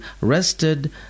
rested